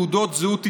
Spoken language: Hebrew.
תעודות זהות ישראליות.